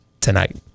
tonight